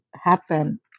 happen